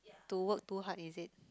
to work too hard is it